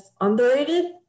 underrated